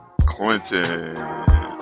Clinton